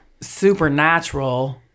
supernatural